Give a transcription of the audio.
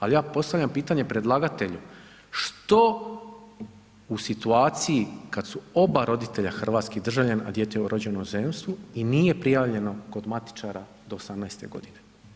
Al ja postavljam pitanje predlagatelju, što u situaciji kad su oba roditelja hrvatski državljani, a dijete rođeno u inozemstvu i nije prijavljeno kod matičara do 18.g.